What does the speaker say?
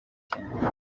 cyane